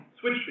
switch